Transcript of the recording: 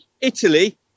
Italy